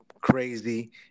crazy